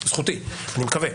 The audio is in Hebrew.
זכותי, אני מקווה.